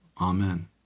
Amen